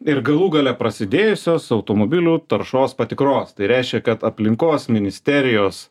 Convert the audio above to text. ir galų gale prasidėjusios automobilių taršos patikros tai reiškia kad aplinkos ministerijos